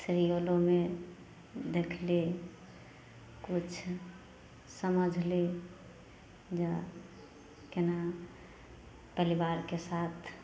सीरियलोमे देखली किछु समझली जऽ केना परिवारके साथ